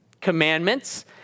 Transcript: commandments